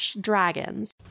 dragons